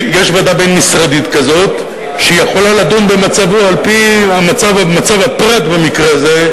יש ועדה בין-משרדית כזאת שיכולה לדון במצבו על-פי מצב הפרט במקרה הזה,